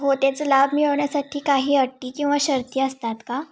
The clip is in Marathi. हो त्याचं लाभ मिळवण्यासाठी काही अटी किंवा शर्ती असतात का